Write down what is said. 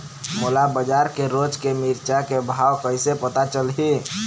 मोला बजार के रोज के मिरचा के भाव कइसे पता चलही?